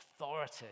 authority